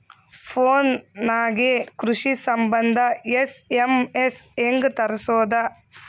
Phone ನಾಗೆ ಕೃಷಿ ಸಂಬಂಧ ಎಸ್.ಎಮ್.ಎಸ್ ಹೆಂಗ ತರಸೊದ?